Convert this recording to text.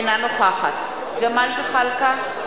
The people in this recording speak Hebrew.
אינה נוכחת ג'מאל זחאלקה,